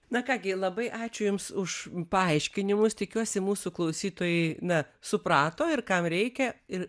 na ką gi labai ačiū jums už paaiškinimus tikiuosi mūsų klausytojai na suprato ir kam reikia ir